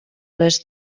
les